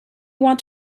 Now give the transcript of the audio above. want